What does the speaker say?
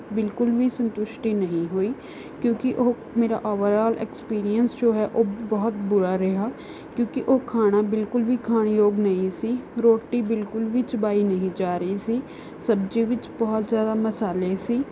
ਬਿਲਕੁਲ ਵੀ ਸੰਤੁਸ਼ਟੀ ਨਹੀਂ ਹੋਈ ਕਿਉਂਕਿ ਉਹ ਮੇਰਾ ਓਵਰਔਲ ਐਕਸਪੀਰੀਐਂਸ ਜੋ ਹੈ ਉਹ ਬਹੁਤ ਬੁਰਾ ਰਿਹਾ ਕਿਉਂਕਿ ਉਹ ਖਾਣਾ ਬਿਲਕੁਲ ਵੀ ਖਾਣ ਯੋਗ ਨਹੀਂ ਸੀ ਰੋਟੀ ਬਿਲਕੁਲ ਵੀ ਚਬਾਈ ਨਹੀਂ ਜਾ ਰਹੀ ਸੀ ਸਬਜ਼ੀਆਂ ਵਿੱਚ ਬਹੁਤ ਜ਼ਿਆਦਾ ਮਸਾਲੇ ਸੀ